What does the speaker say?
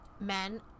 men